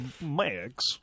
Max